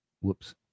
whoops